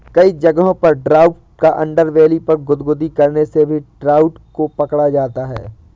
कई जगहों पर ट्राउट के अंडरबेली पर गुदगुदी करने से भी ट्राउट को पकड़ा जाता है